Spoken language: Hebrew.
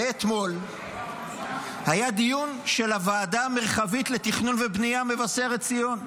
ואתמול היה דיון של הוועדה המרחבית לתכנון ובנייה מבשרת ציון.